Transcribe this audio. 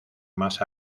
más